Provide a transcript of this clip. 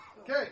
Okay